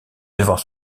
devant